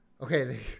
okay